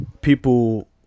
people